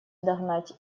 догнать